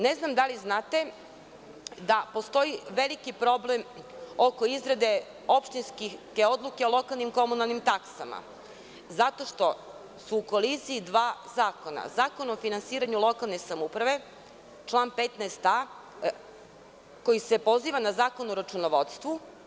Ne znam da li znate da postoji veliki problem oko izrade opštinskih odluka o lokalnim taksama zato što su koliziji dva zakona, Zakon o finansiranju lokalne samouprave, član 15a koji se poziva na Zakon o računovodstvu.